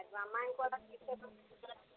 మా అమ్మాయిని కూడా తీసుకోని వస్తాను